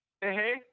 Hey